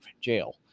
jail